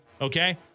Okay